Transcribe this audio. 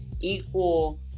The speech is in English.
equal